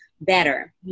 better